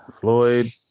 Floyd